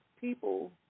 people